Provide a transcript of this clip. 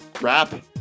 Rap